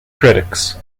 critics